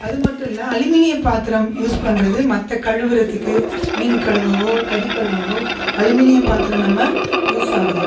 அதுமட்டுமில்லை அலுமினிய பாத்திரம் யூஸ் பண்ணுறது மற்ற கழுவுறத்திற்கு மீன் கழுவவோ கறி கழுவவோ அலுமினிய பாத்திரம் நம்ம யூஸ்ஸாகுது